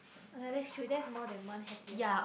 oh ya that's true that's more than one happiest lor